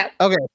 Okay